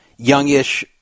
youngish